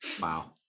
wow